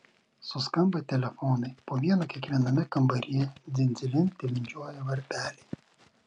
suskamba telefonai po vieną kiekviename kambaryje dzin dzilin tilindžiuoja varpeliai